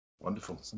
Wonderful